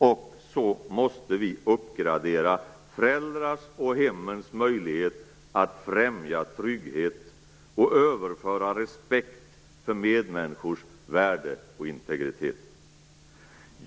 Och så måste vi uppgradera föräldrarnas och hemmens möjlighet att främja trygghet och överföra respekt för medmänniskors värde och integritet.